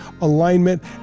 alignment